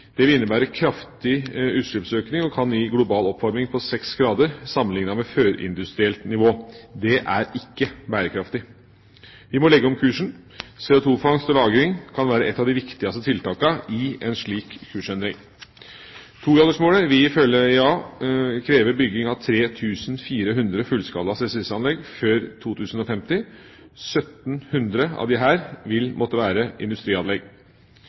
Det vil innebære kraftig utslippsøkning, og kan gi global oppvarming på 6 grader sammenlignet med førindustrielt nivå. Det er ikke bærekraftig. Vi må legge om kursen. CO2-fangst og -lagring kan være et av de viktigste tiltakene i en slik kursendring. 2-gradersmålet vil ifølge IEA kreve bygging av 3 400 fullskala CCS-anlegg før 2050. 1 700 av disse vil måtte være industrianlegg.